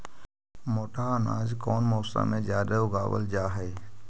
मोटा अनाज कौन मौसम में जादे उगावल जा हई?